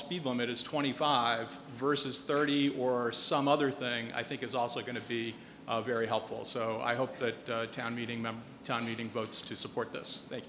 speed limit is twenty five versus thirty or some other thing i think is also going to be very helpful so i hope the town meeting member town meeting votes to support this they